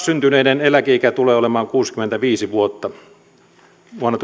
syntyneiden eläkeikä tulee olemaan kuusikymmentäviisi vuotta vuonna